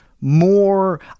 more